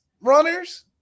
runners